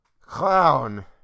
Clown